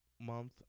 month